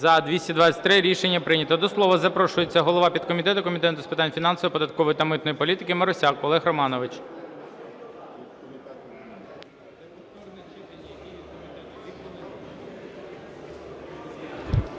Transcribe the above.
За-223 Рішення прийнято. До слова запрошується голова підкомітету Комітету з питань фінансової, податкової та митної політики Марусяк Олег Романович.